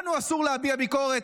לנו אסור להביע ביקורת,